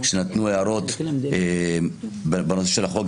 שנתנו הערות בנושא של החוק,